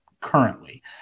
currently